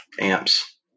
amps